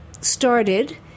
started